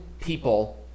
people